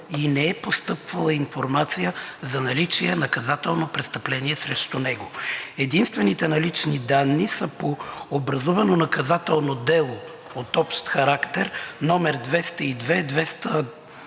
и не е постъпвала информация за наличие на наказателно престъпление срещу него. Единствените налични данни са по образувано наказателно дело от общ характер, №